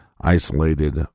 isolated